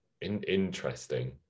Interesting